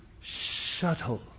shuttle